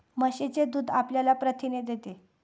म्हशीचे दूध आपल्याला प्रथिने देते